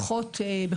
אנחנו כפופים למדרג